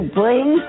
bring